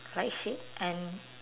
likes it and